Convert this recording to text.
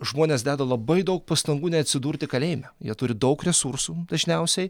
žmonės deda labai daug pastangų neatsidurti kalėjime jie turi daug resursų dažniausiai